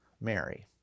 Mary